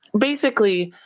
basically,